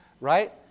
Right